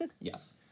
yes